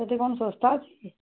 ସେଠି କ'ଣ ଶସ୍ତା ଅଛି